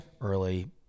early